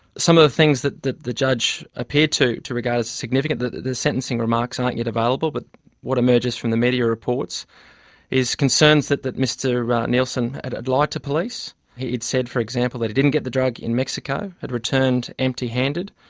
some of the things that the the judge appeared to regard regard as significant, the sentencing remarks aren't yet available, but what emerges from the media reports is concerns that that mr nielsen had had lied to police he'd said, for example, that he didn't get the drug in mexico, had returned empty handed,